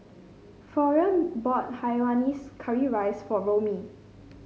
Florian bought Hainanese Curry Rice for Romie